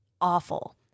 awful